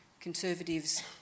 conservatives